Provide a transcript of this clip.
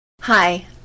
Hi